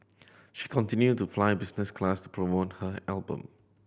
she continued to fly business class to promote her album